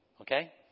Okay